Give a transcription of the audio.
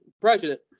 president